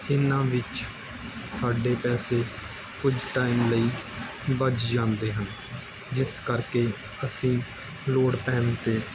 ਇਹਨਾਂ ਵਿੱਚ ਸਾਡੇ ਪੈਸੇ ਕੁਝ ਟਾਈਮ ਲਈ ਬੱਝ ਜਾਂਦੇ ਹਨ ਜਿਸ ਕਰਕੇ ਅਸੀਂ ਲੋੜ ਪੈਣ 'ਤੇ